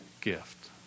gift